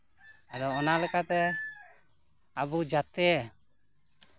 ᱟᱫᱚ ᱚᱱᱟ ᱞᱮᱠᱟᱛᱮ ᱟᱵᱚ ᱡᱟᱛᱮ